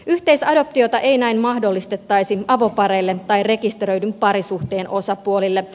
yhteisadoptiota ei näin mahdollistettaisi avopareille tai rekisteröidyn parisuhteen osapuolille